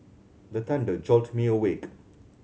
the thunder jolt me awake